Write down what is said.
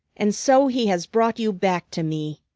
and so he has brought you back to me,